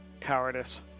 cowardice